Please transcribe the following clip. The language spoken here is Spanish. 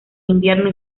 invierno